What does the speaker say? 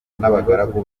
n’abagaragu